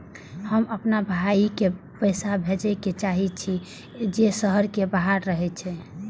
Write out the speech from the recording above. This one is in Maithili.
हम आपन भाई के पैसा भेजे के चाहि छी जे शहर के बाहर रहे छै